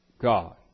God